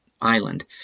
island